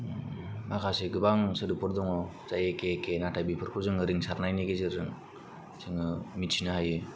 माखासे गोबां सोदोबफोर दङ जाय एखे एखे नाथाय बेफोरखौ जोङो रिंसारनायनि गेजेरजों जोङो मिथिनो हायो